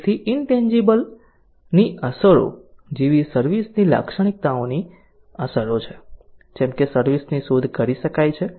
તેથી ઇનટેન્જીબલ તાની અસરો જેવી સર્વિસ ની લાક્ષણિકતાઓની અસરો છે જેમ કે સર્વિસ ની શોધ કરી શકાય છે